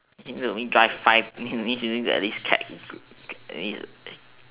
means you only drive five